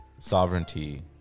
sovereignty